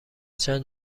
چند